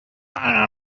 einer